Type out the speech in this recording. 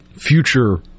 future